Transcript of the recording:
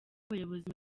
abayobozi